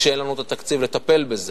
כשאין לנו התקציב לטפל בזה.